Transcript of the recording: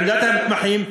עמדת המתמחים,